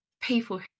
people